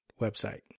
website